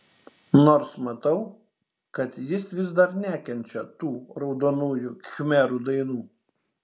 nors matau kad jis vis dar nekenčia tų raudonųjų khmerų dainų